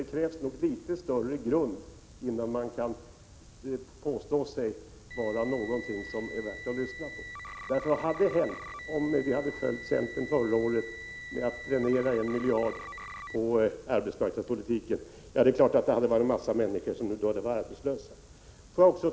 Det krävs nog en något bättre grund om man vill påstå sig ha något att säga som är värt att lyssna på. Vad hade hänt om vi följt centerns förslag förra året och dränerat arbetsmarknadspolitiken på 1 miljard kronor? Ja, då hade naturligtvis ytterligare en mängd människor varit arbetslösa nu.